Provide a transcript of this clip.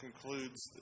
concludes